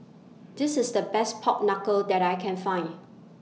This IS The Best Pork Knuckle that I Can Find